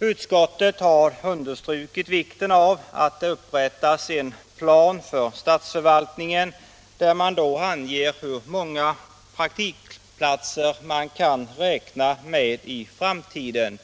Utskottet har understrukit vikten av att det upprättas en plan för statsförvaltningen där man anger hur många praktikplatser vi kan räkna med i framtiden.